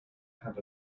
had